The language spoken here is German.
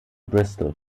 bristol